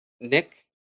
Nick